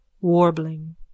warbling